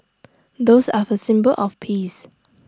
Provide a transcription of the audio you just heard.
doves are the symbol of peace